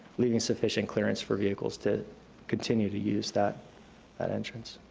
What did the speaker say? leaving sufficient clearance for vehicles to continue to use that that entrance.